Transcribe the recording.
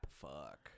Fuck